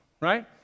right